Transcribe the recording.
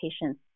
patients